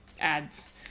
ads